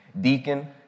deacon